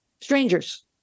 strangers